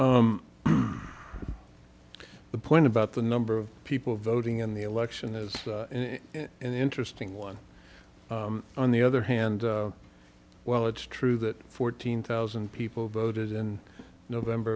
you the point about the number of people voting in the election is an interesting one on the other hand while it's true that fourteen thousand people voted in november